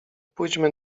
pójdźmy